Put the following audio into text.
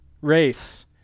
race